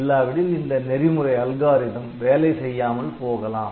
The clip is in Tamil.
இல்லாவிடில் இந்த நெறிமுறை வேலை செய்யாமல் போகலாம்